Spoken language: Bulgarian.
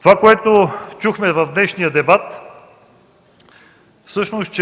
Това, което чухме в днешния дебат, е, че всъщност